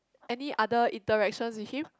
any other interactions with him